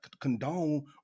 condone